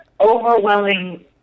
overwhelming